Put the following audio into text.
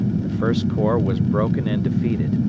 the first corps was broken and defeated,